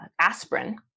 aspirin